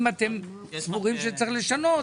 אם אתם סבורים שצריך לשנות,